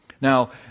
Now